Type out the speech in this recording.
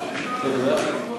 מה חשבת?